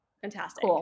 Fantastic